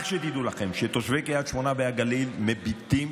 רק שתדעו לכם שתושבי קריית שמונה והגליל מביטים